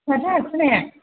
फिसाथार खोनाया